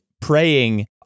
Praying